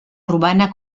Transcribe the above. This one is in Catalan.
urbana